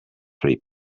free